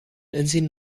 inzien